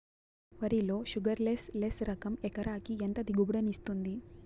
వరి లో sugarless less రకం ఎకరాకి ఎంత దిగుబడినిస్తుంది